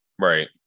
Right